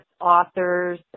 authors